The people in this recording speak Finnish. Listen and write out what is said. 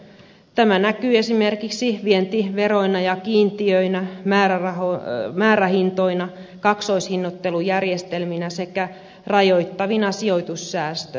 tämä näkyy esimerkiksi vientiveroina ja kiintiöinä määrähintoina kaksoishinnoittelujärjestelminä sekä rajoittavina sijoitussääntöinä